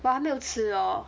我还没有吃 lor